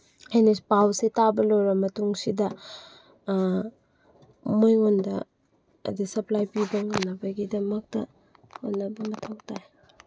ꯑꯩꯅ ꯄꯥꯎꯁꯦ ꯇꯥꯔ ꯂꯣꯏꯔ ꯃꯇꯨꯡꯁꯤꯗ ꯃꯣꯏꯉꯣꯟꯗ ꯑꯗꯤ ꯁꯄ꯭ꯂꯥꯏ ꯄꯤꯕ ꯉꯝꯅꯕꯒꯤꯗꯃꯛꯇ ꯍꯣꯠꯅꯕ ꯃꯊꯧ ꯇꯥꯏ